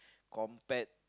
compared